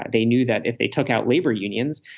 ah they knew that if they took out labor unions,